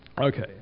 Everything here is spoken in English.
Okay